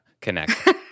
connect